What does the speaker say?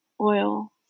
oil